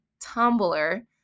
Tumblr